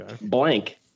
Blank